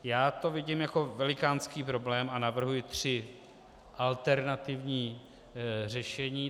Já to vidím jako velikánský problém a navrhuji tři alternativní řešení.